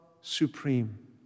supreme